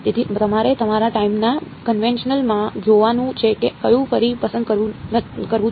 તેથી તમારે તમારા ટાઇમ ના કન્વેન્શનલ માં જોવાનું છે કે કયું ફરી પસંદ કરવું